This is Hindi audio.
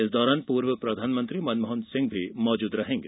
इस दौरान पूर्व प्रधानमंत्री मनमोहन सिंह भी मौजुद रहेंगे